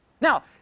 Now